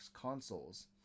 consoles